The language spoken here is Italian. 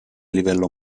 livello